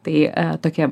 tai tokia